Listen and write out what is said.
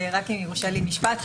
אם יורשה לי, משפט.